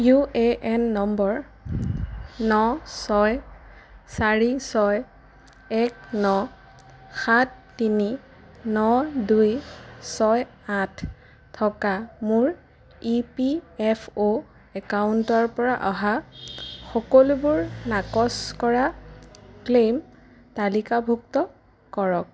U A N নম্বৰ ন ছয় চাৰি ছয় এক ন সাত তিনি ন দুই ছয় আঠ থকা মোৰ ই পি এফ অ' একাউণ্টৰ পৰা অহা সকলোবোৰ নাকচ কৰা ক্লেইম তালিকাভুক্ত কৰক